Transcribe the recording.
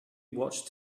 watched